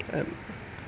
uh